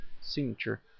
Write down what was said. signature